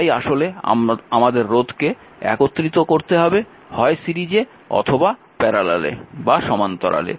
তাই আসলে আমাদের রোধকে একত্রিত করতে হবে হয় সিরিজে অথবা সমান্তরালে